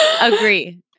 agree